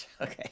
Okay